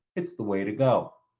it's the way to go.